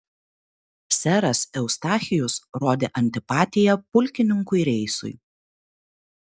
seras eustachijus rodė antipatiją pulkininkui reisui